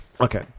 Okay